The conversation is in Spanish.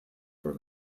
por